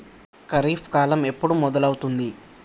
ఖరీఫ్ కాలం ఎప్పుడు మొదలవుతుంది?